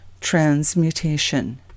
transmutation